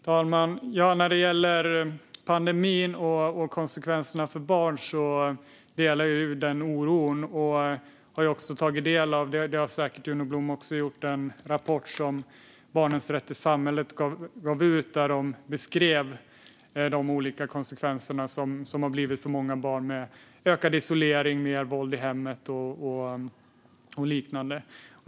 Fru talman! När det gäller pandemins konsekvenser för barn delar jag oron. Jag har - det har säkert Juno Blom också gjort - tagit del av en rapport utgiven av Barnens Rätt i Samhället, där de beskriver de olika konsekvenser som uppstått för många barn i form av ökad isolering, mer våld i hemmet och liknande.